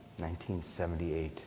1978